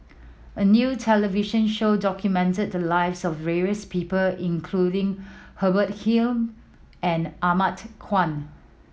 a new television show documented the lives of various people including Hubert Hill and Ahmad Khan